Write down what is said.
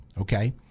okay